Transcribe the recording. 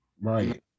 right